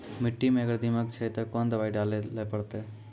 मिट्टी मे अगर दीमक छै ते कोंन दवाई डाले ले परतय?